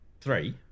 Three